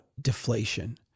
deflation